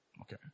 Okay